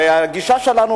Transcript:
הרי הגישה שלנו,